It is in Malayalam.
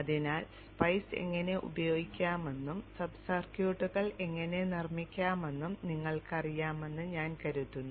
അതിനാൽ സ്പൈസ് എങ്ങനെ ഉപയോഗിക്കാമെന്നും സബ് സർക്യൂട്ടുകൾ എങ്ങനെ നിർമ്മിക്കാമെന്നും നിങ്ങൾക്കറിയാമെന്ന് ഞാൻ കരുതുന്നു